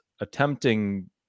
attempting